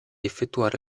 effettuare